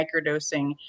microdosing